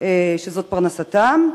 שזאת פרנסתם?